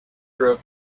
crook